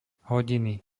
hodiny